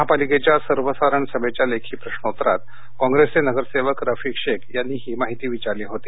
महापालिकेच्या सर्वसाधारण सभेच्या लेखी प्रश्नोतरात कॉग्रेसचे नगरसेवक रफिक शेख यांनी ही माहिती विचारली होती